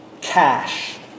Cash